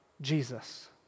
Jesus